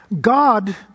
God